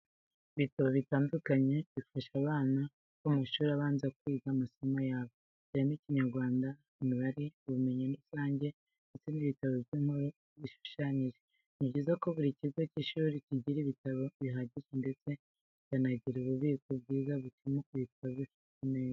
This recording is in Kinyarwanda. Ibitabo bitandukanye bifasha abana bo mu mashuri abanza kwiga amasomo yabo, harimo iby'Ikinyarwanda, imibare, ubumenyi rusange ndetse n'ibitabo by'inkuru zishushanije. Ni byiza ko buri kigo cy'ishuri kigira ibitabo bihagije ndetse kikanagira ububiko bwiza butuma ibitabo bifatwa neza.